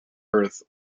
earth